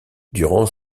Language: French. durant